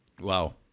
wow